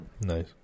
Nice